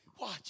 watch